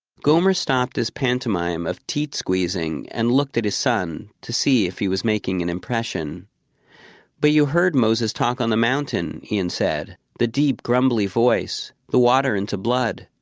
gomer stopped his pantomime of teat-squeezing and looked at his son to see if he was making an impression but you heard moses talk on the mountain, ian said, the deep grumbly voice the water into blood.